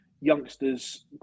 youngsters